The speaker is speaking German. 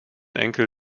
enkel